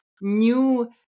new